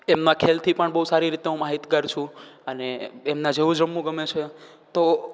એમના ખેલથી પણ બહુ સારી રીતે માહિતગાર છું અને એમના જેવું જ રમવું ગમે છે તો